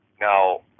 Now